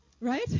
right